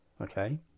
okay